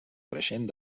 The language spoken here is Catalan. creixent